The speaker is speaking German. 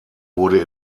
wurde